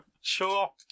Sure